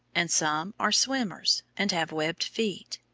and some are swimmers and have webbed feet.